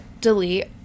delete